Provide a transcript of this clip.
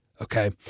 okay